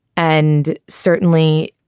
and certainly,